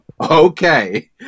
okay